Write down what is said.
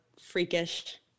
freakish